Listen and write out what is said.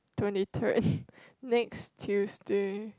twenty third next Tuesday